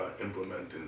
implementing